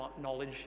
knowledge